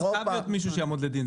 זה חייב להיות מישהו שיעמוד לדין.